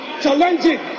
challenging